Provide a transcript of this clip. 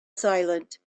silent